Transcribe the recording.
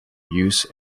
use